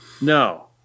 No